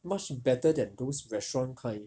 much better than those restaurant kind